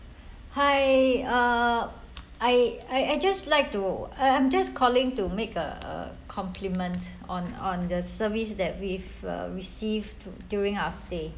hi uh I I I just like to I'm I'm just calling to make a a compliment on on the service that we've uh received during our stay